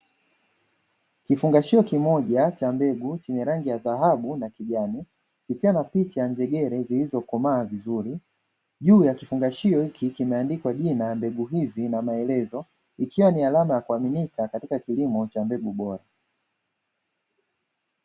Kifungashio kimoja cha mbegu, chenye rangi ya dhahabu na kijani, ikiwa na picha ya njegere zilizokomaa vizuri. Juu ya kifungashio, kimeandikwa jina la mbegu hizi na maelezo, ikiwa ni alama ya kuaminika katika kilimo cha mbegu bora.